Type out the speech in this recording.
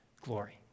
glory